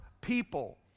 people